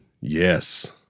Yes